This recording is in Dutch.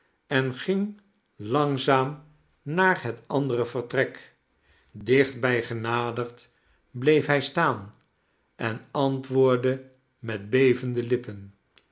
en ging langzaam naar het andere vertrek dichtbij genaderd bleef hij staan en antwoordde met bevende lippen